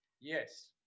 Yes